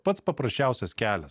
pats paprasčiausias kelias